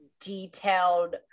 detailed